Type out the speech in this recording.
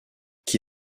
qui